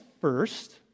first